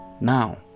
now